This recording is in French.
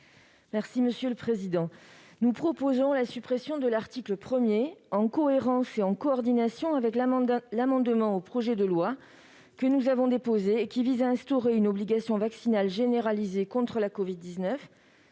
n° 13 rectifié. Nous proposons la suppression de l'article 1, en cohérence et en coordination avec l'amendement que nous avons déposé et qui vise à instaurer une obligation vaccinale généralisée contre la covid-19,